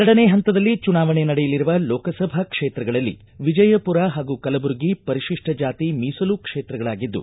ಎರಡನೇ ಹಂತದಲ್ಲಿ ಚುನಾವಣೆ ನಡೆಯಲಿರುವ ಲೋಕಸಭಾ ಕ್ಷೇತ್ರಗಳಲ್ಲಿ ವಿಜಯಪುರ ಹಾಗೂ ಕಲಬುರಗಿ ಪರಿತಿಷ್ಟ ಜಾತಿ ಮೀಸಲು ಕ್ಷೇತ್ರಗಳಾಗಿದ್ದು